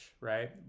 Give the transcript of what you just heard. right